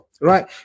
right